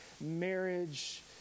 marriage